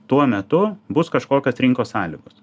tuo metu bus kažkokios rinkos sąlygos